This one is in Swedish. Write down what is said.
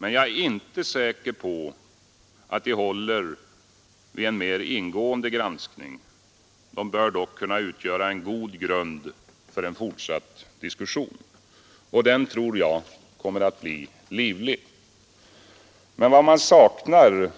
Men jag är inte säker på att de håller vid en mer ingående granskning. De bör kunna utgöra en god grund för en fortsatt diskussion, och den tror jag kommer att bli livlig. Men vad man saknar